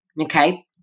Okay